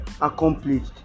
accomplished